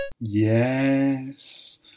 Yes